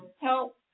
help